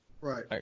right